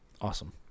Awesome